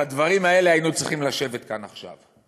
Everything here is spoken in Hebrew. על הדברים האלה היינו צריכים לשבת כאן עכשיו.